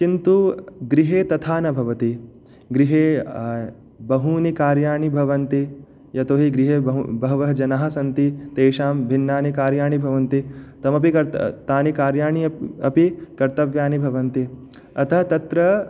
किन्तु गृहे तथा न भवति गृहे बहूनि कार्याणि भवन्ति यतोहि गृहे बहु बहवः जनाः सन्ति तेषां भिन्नानि कार्याणि भवन्ति तमपि कर्तु तानि कार्याणि अपि कर्तव्यानि भवन्ति अतः तत्र